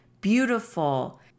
beautiful